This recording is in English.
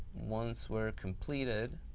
once we're completed,